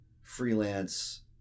freelance